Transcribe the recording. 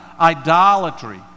idolatry